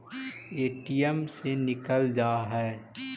ATM से निकल जा है?